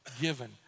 given